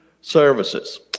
services